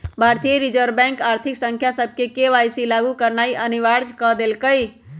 भारतीय reserve bank आर्थिक संस्था सभके के.वाई.सी लागु करनाइ अनिवार्ज क देलकइ